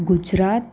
Gujarat